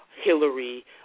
Hillary